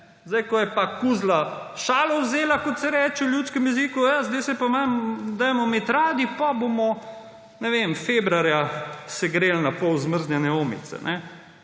ko je pa kuzla šalo vzela, kot se reče v ljudskem jeziku, ja, zdaj se pa dajmo imeti radi in bomo, ne vem, februarja segreli napol zmrznjene omice.